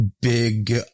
big